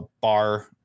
bar